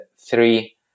three